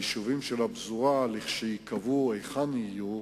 יישובי הפזורה, כשיקבע היכן הם יהיו,